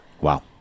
Wow